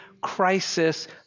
crisis